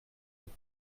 deux